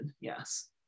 yes